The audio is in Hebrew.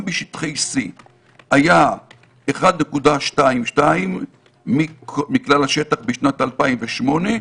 בשטחי C שהיה 1.22% מכלל השטח בשנת 2008,